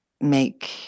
make